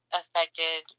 affected